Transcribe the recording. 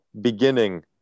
beginning